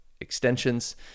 extensions